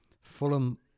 Fulham